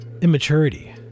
immaturity